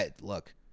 look